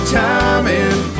timing